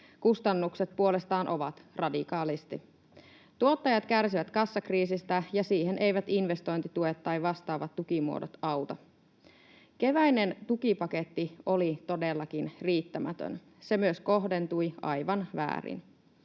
kustannukset puolestaan ovat, radikaalisti. Tuottajat kärsivät kassakriisistä, ja siihen eivät investointituet tai vastaavat tukimuodot auta. Keväinen tukipaketti oli todellakin riittämätön. Se myös kohdentui aivan väärin.